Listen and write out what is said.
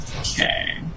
Okay